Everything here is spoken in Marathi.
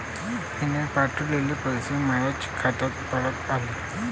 मीन पावठवलेले पैसे मायाच खात्यात परत आले